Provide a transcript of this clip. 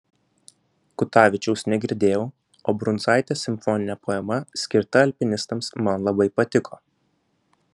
kutavičiaus negirdėjau o brundzaitės simfoninė poema skirta alpinistams man labai patiko